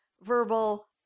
verbal